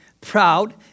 proud